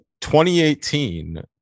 2018